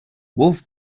був